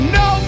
no